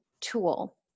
tool